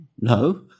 No